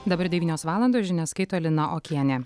dabar devynios valandos žinias skaito lina okienė